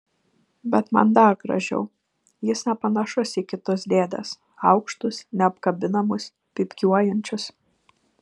bet man dar gražiau jis nepanašus į kitus dėdes aukštus neapkabinamus pypkiuojančius